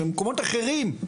ומקומות אחרים.